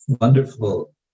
wonderful